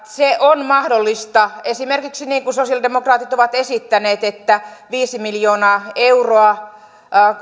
se on mahdollista esimerkiksi niin kuin sosialidemokraatit ovat esittäneet että viisi miljoonaa euroa